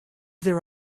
there